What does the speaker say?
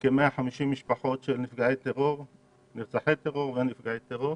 פורום של כ-150 משפחות של נרצחי טרור ונפגעי טרור.